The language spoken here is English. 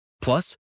Plus